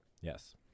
Yes